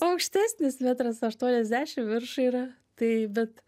aukštesnis metras aštuoniasdešim virš yra tai bet